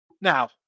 Now